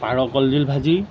পাৰ কলডিল ভাজি